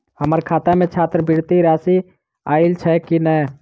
हम्मर खाता मे छात्रवृति राशि आइल छैय की नै?